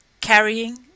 carrying